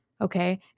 Okay